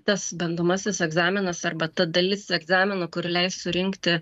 tas bandomasis egzaminas arba ta dalis egzaminų kur leis surinkti